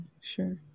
sure